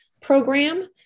program